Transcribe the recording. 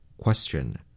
Question